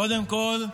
קודם כול,